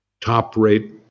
top-rate